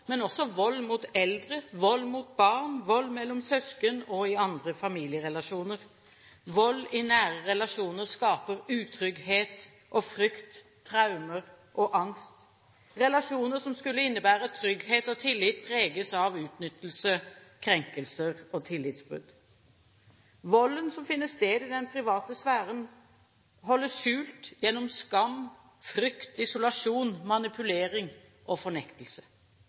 men også vold mot eldre, vold mot barn, vold mellom søsken og i andre familierelasjoner. Vold i nære relasjoner skaper utrygghet, frykt, traumer og angst. Relasjoner som skulle innebære trygghet og tillit, preges av utnyttelse, krenkelser og tillitsbrudd. Volden som finner sted i den private sfæren, holdes skjult gjennom skam, frykt, isolasjon, manipulering og fornektelse.